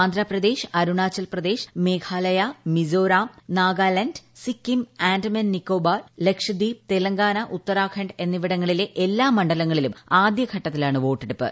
ആന്ധ്രാപ്രദേശ് അരുണാചൽ പ്രദേശ് മേഘാലയ മിസോറം നാഗാലാന്റ് സിക്കിം ആൻഡമാൻ നിക്കോബിട്ടർ ലക്ഷദ്വീപ് തെലങ്കാന ഉത്തരാഖണ്ഡ് എന്നിവിടങ്ങളിലെ എല്ലാ മണ്ഡലങ്ങളിലും ആദ്യഘട്ടത്തിലാണ് വോട്ടെടുപ്പ്